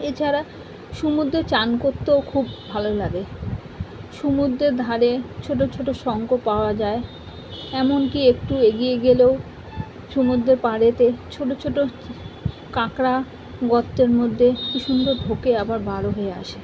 এছাড়া সমুদ্রে চান করতেও খুব ভালো লাগে সমুদ্রের ধারে ছোটো ছোটো শঙ্খ পাওয়া যায় এমনকি একটু এগিয়ে গেলেও সমুদ্রের পাড়েতে ছোটো ছোটো কাঁকড়া গর্তের মধ্যে কী সুন্দর ঢোকে আবার বারও হয়ে আসে